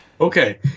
Okay